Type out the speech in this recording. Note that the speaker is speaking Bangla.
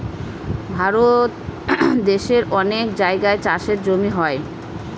ভারত দেশের অনেক জায়গায় চাষের জমি হয়